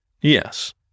Yes